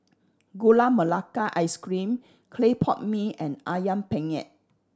Gula Melaka Ice Cream clay pot mee and Ayam Penyet